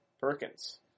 Perkins